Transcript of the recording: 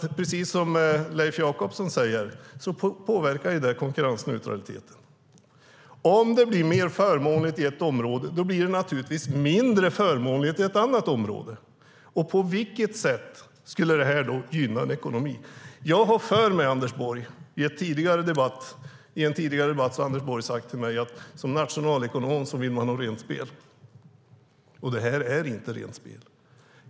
Precis som Leif Jakobsson säger påverkar det konkurrensneutraliteten. Om det blir mer förmånligt i ett område blir det naturligtvis mindre förmånligt i ett annat område. På vilket sätt skulle det gynna ekonomin? Jag har för mig, Anders Borg, att Anders Borg i en tidigare debatt har sagt till mig att man som nationalekonom vill ha rent spel. Detta är inte rent spel.